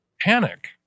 panic